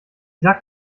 sagt